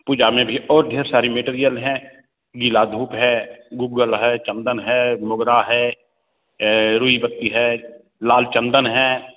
पूजा में भी और ढेर सारी मेटेरियल हैं नीला धूप है गुग्गल है चंदन है मोगरा है रुई बत्ती है लाल चंदन है